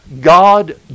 God